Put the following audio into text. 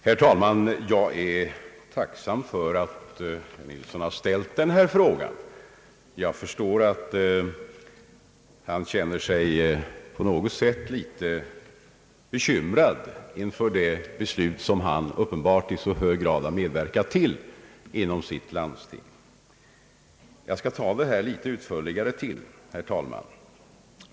Herr talman! Jag är tacksam för att herr Nilsson har ställt den här frågan. Jag förstår att han känner sig litet bekymrad över det beslut som hans landsting har fattat och som han uppenbart i så hög grad har medverkat till.